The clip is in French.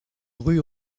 rue